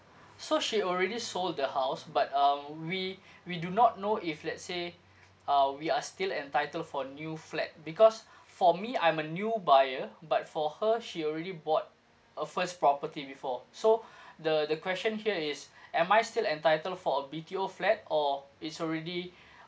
so she already sold the house but um we we do not know if let's say uh we are still entitled for a new flat because for me I'm a new buyer but for her she already bought a first property before so the the question here is am I still entitled for a B_T_O flat or it's already